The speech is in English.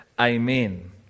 Amen